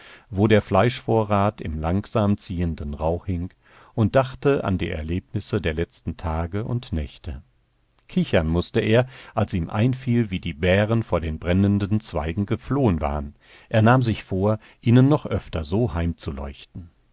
wo der fleischvorrat im langsam ziehenden rauch hing und dachte an die erlebnisse der letzten tage und nächte kichern mußte er als ihm einfiel wie die bären vor den brennenden zweigen geflohen waren er nahm sich vor ihnen noch öfter so